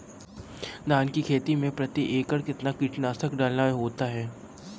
धान की खेती में प्रति एकड़ कितना कीटनाशक डालना होता है?